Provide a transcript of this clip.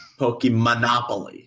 Pokemonopoly